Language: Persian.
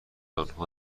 آنها